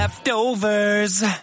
Leftovers